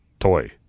toy